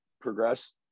progress